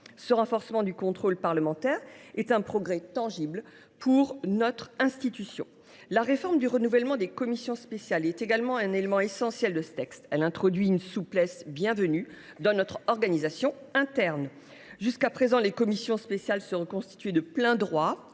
Ce renforcement du contrôle parlementaire est un progrès tangible pour notre institution. La réforme du renouvellement des commissions spéciales est également un élément essentiel de ce texte. Elle introduit une souplesse bienvenue dans notre organisation interne. Jusqu’à présent, les commissions spéciales se reconstituaient de plein droit